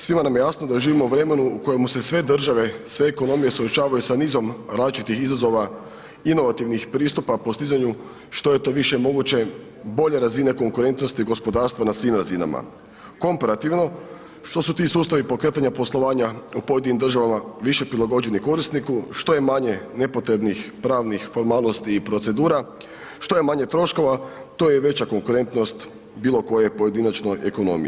Svima nam je jasno da živimo u vremenu u kojemu se sve države, sve ekonomije suočavaju sa nizom različitih izazova inovativnih pristupa u postizanju što je to više moguće bolje razine konkurentnosti gospodarstva na svim razinama, komparativno što su ti sustavi pokretanja poslovanja u pojedinim državama više prilagođeni korisniku, što je manje nepotrebnih pravnih formalnosti i procedura, što je manje troškova to je veća konkurentnost bilo je koje pojedinačne ekonomije.